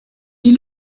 die